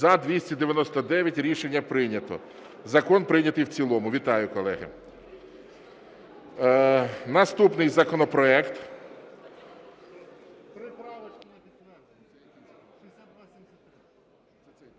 За-299 Рішення прийнято. Закон прийнятий в цілому. Вітаю, колеги! Наступний законопроект…